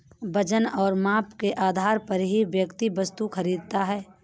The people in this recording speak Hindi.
वजन और माप के आधार पर ही व्यक्ति वस्तु खरीदता है